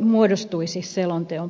muodostuisi selonteon pohjalta